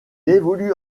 évolue